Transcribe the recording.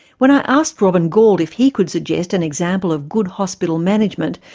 when i asked robin gauld if he could suggest an example of good hospital management,